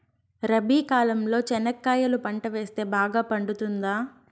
రబి కాలంలో చెనక్కాయలు పంట వేస్తే బాగా పండుతుందా?